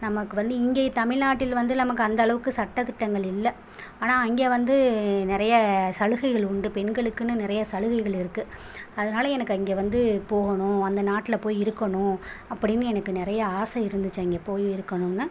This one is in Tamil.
நமக்கு வந்து இங்கே தமிழ்நாட்டில் வந்து நமக்கு அந்தளவுக்கு சட்டதிட்டங்கள் இல்லை ஆனால் அங்கே வந்து நிறைய சலுகைகள் உண்டு பெண்களுக்குனு நெறைய சலுகைகள் இருக்குது அதனால் எனக்கு அங்கே வந்து போகணும் அந்த நாட்டில் போய் இருக்கணும் அப்படினு எனக்கு நிறைய ஆசை இருந்துச்சு அங்கே போய் இருக்கணும்னு